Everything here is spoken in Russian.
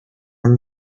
нам